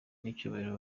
n’icyubahiro